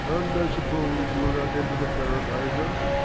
and i suppose you will not enter the firm either?